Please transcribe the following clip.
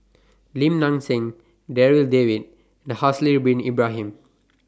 Lim Nang Seng Darryl David and Haslir Bin Ibrahim